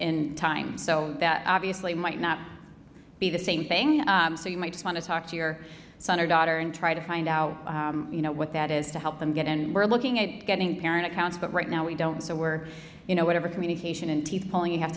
in time so that obviously might not be the same thing so you might want to talk to your son or daughter and try to find out you know what that is to help them get and we're looking at getting parent accounts but right now we don't so we're you know whatever communication and teeth pulling you have